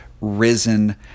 risen